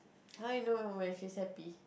how I know when she's happy